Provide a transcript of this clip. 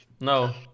No